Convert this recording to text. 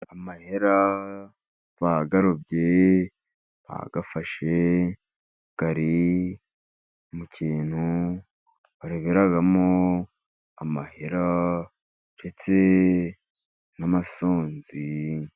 Bayarobye. Bayafashe ari mu kintu baroberamo amahera ndetse n'amashonzi.